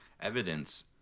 Evidence